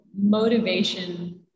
motivation